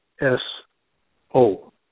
S-O